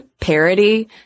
parody